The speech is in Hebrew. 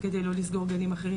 כדי לא לסגור גנים אחרים,